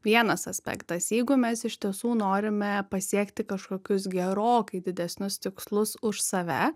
vienas aspektas jeigu mes iš tiesų norime pasiekti kažkokius gerokai didesnius tikslus už save